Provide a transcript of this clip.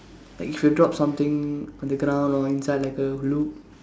like if you drop something on the ground or inside like a loop